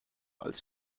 als